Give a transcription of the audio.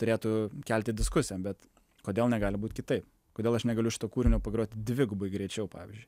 turėtų kelti diskusiją bet kodėl negali būt kitaip kodėl aš negaliu šito kūrinio pagrot dvigubai greičiau pavyzdžiui